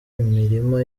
imirima